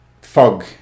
fog